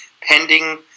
pending